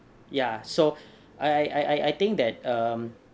ya so I I I think that um